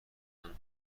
اهمیت